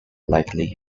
likely